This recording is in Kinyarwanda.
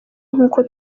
nk’uko